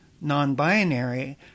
non-binary